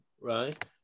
right